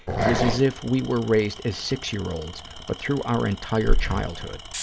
it was as if we were raised as six-year-olds but through our entire childhood.